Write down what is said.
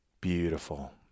Beautiful